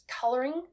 coloring